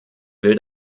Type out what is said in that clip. will